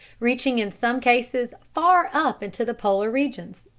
reaching in some cases far up into the polar regions.